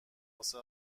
واسه